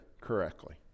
correctly